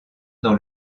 dans